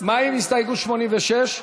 מה עם הסתייגות 86?